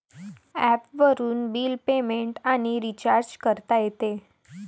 ॲपवरून bill payment आणि recharge करता येते